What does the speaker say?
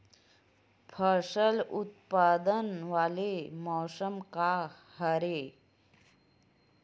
फसल उत्पादन वाले मौसम का हरे?